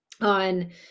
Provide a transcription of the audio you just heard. on